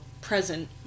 present